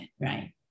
right